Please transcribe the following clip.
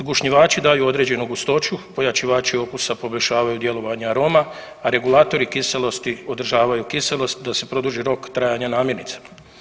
Zgušnjivači daju određenu gustoću, pojačivači okusa poboljšavaju djelovanja aroma, a regulatori kiselosti održavaju kiselost da se produži rok trajanja namirnice.